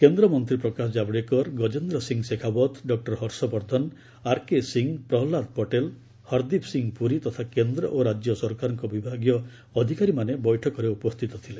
କେନ୍ଦ୍ରମନ୍ତ୍ରୀ Prakash Javadekar Gajendra Singh Shekhawat doctor Harsh Vardhan R K Singh Prahlad Patel Hardeep Singh Puri ତଥା କେନ୍ଦ୍ର ଓ ରାଜ୍ୟ ସରକାରଙ୍କ ବିଭାଗୀୟ ଅଧିକାରୀମାନେ ବୈଠକରେ ଉପସ୍ଥିତ ଥିଲେ